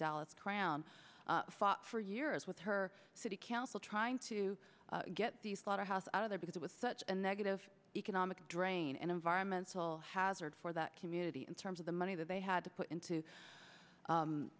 dallas crown fought for years with her city council trying to get the slaughterhouse out of there because it was such a negative economic drain an environmental hazard for that community in terms of the money that they had to put into